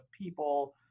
people